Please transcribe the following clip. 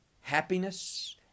happiness